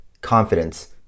confidence